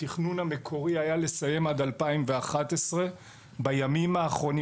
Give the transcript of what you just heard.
התכנון המקורי היה לסיים עד 2011. בימים האחרונים